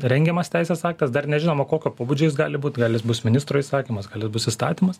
rengiamas teisės aktas dar nežinoma kokio pobūdžio jis gali būt gal jis bus ministro įsakymas gal jis bus įstatymas